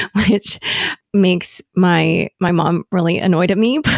which makes my my mom really annoyed at me.